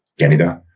kaneda,